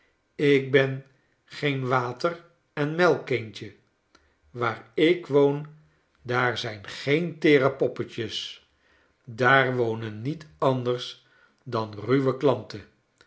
ik ben geen water en melk kindje waar ik woon daar zijn geen teere poppetjes daar wonen niet anders dan ruwe klanten